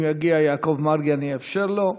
אם יגיע יעקב מרגי, אאפשר לו.